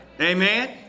Amen